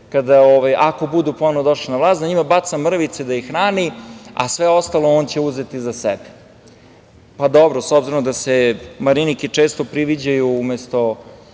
ako budu ponovo došli na vlast, da njima baca mrvice da ih hrani, a sve ostalo on će uzeti za sebe. Dobro, s ozbirom da se Mariniki često priviđaju umesto